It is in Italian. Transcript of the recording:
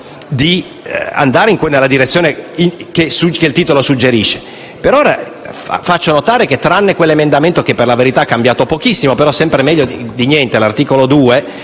di andare nella direzione suggerita dal titolo. Per ora faccio notare che, tranne quell'emendamento che per la verità ha cambiato pochissimo (ma sempre meglio di niente) l'articolo 1,